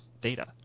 data